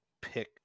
pick